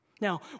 Now